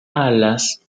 alas